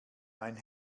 mein